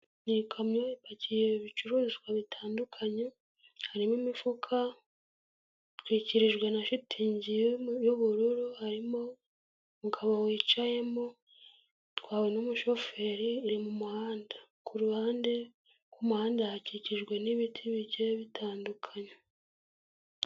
Ni ikamyo ipakiye ibicuruzwa bitandukanye, harimo imifuka, itwikirijwe na shitingi y'ubururu, harimo umugabo wicayemo, itwawe n'umushoferi iri mu muhanda. Ku ruhande rw'umuhanda hakikijwe n'ibiti bigiye bitandukanye.